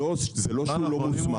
זה לא שהוא לא מוסמך.